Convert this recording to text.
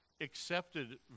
accepted